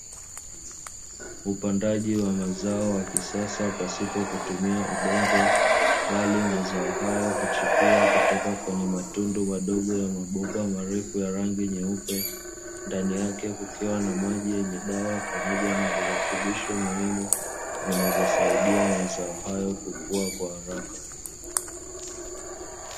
Upandaji wa mazao ya kisasa pasipo kutumia udongo, bali mazao hayo huchipua kutoka kwenye matundu madogo ya mabomba marefu ya rangi nyeupe, ndani yake kukiwa na maji yenye dawa pamoja na virutubisho muhimu, vinavyosaidia mazao hayo kukua kwa haraka.